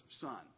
son